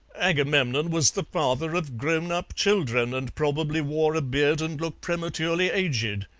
agamemnon was the father of grown-up children, and probably wore a beard and looked prematurely aged.